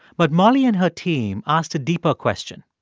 but molly and her team asked a deeper question.